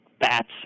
bats